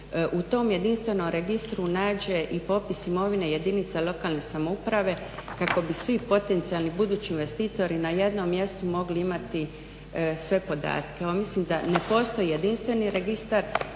u tom jedinstvenom registru nađe i popis imovine jedinica lokalne samouprave kako bi svi potencijalni budući investitori na jednom mjestu mogli imati sve podatke. Mislim da ne postoji jedinstveni registar,